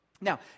Now